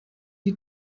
die